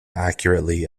accurately